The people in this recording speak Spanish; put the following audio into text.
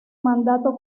mandato